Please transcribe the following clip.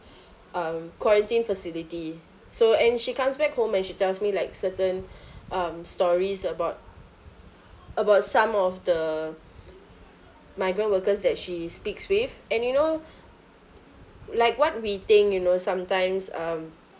um quarantine facility so and she comes back home and she tells me like certain um stories about about some of the migrant workers that she speaks with and you know like what we think you know sometimes um